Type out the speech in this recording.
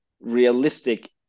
realistic